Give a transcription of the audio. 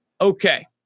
Okay